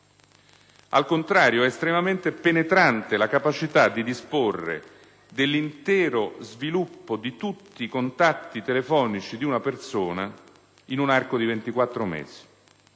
Al contrario, è estremamente penetrante la capacità di disporre dell'intero sviluppo di tutti i contatti telefonici di una persona in un arco di 24 mesi